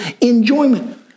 enjoyment